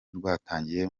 rwatangiye